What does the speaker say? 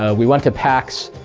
ah we went to pax.